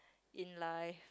in life